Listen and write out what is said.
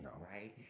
right